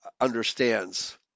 understands